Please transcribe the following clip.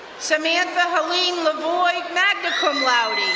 samantha helene levoy, magna cum laude. and